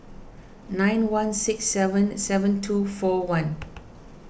nine one six seven seven two four one